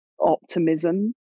optimism